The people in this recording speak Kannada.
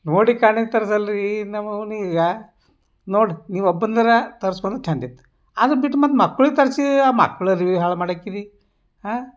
ನೋಡಿ ಕಾಣಿ ತರ್ಸಲ್ರಿ ನೋಡಿ ನೀವು ಒಬ್ಬಂದರ ತರ್ಸ್ಕೊಂಡ್ರ ಚಂದ ಇಟ್ಟು ಅದು ಬಿಟ್ಟು ಮತ್ತೆ ಮಕ್ಕಳಿಗೂ ತರಿಸಿ ಆ ಮಕ್ಳದು ಹಾಳು ಮಾಡಿ ಹಾಕಿರಿ